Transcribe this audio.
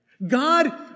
God